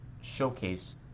showcase